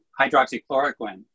hydroxychloroquine